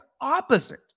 opposite